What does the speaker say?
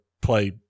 play